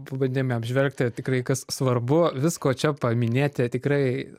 pabandėme apžvelgti tikrai kas svarbu visko čia paminėti tikrai